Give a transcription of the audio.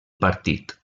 partit